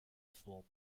formed